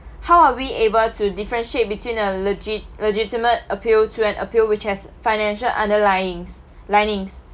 how are we able to differentiate between a legit~ legitimate appeal to an appeal which has financial underlyings linings